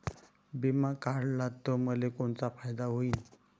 बिमा काढला त मले कोनचा फायदा होईन?